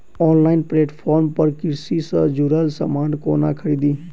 Online platform पर कृषि सँ जुड़ल समान कोना खरीदी?